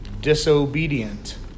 disobedient